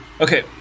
okay